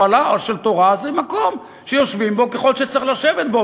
אוהלה של תורה זה מקום שיושבים בו ככל שצריך לשבת בו,